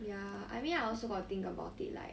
ya I mean I also got think about it like